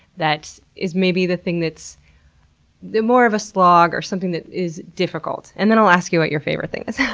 that is maybe the thing that's more of a slog, or something that is difficult? and then i'll ask you what your favorite thing is. yeah